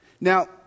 Now